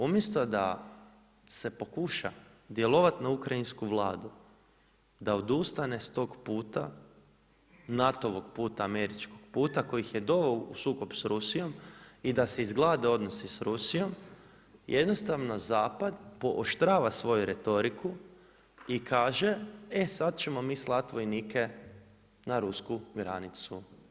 Umjesto da se pokuša djelovat na ukrajinsku vladu da odustane tog puta, NATO-ovo puta američkog puta koji ih je doveo u sukob s Rusijom i da se izglade odnosi sa Rusijom, jednostavno zapad pooštrava svoju retoriku i kaže e sada ćemo slati vojnike na rusku granicu.